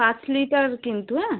পাঁচ লিটার কিন্তু হ্যাঁ